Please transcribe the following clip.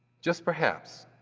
just perhaps,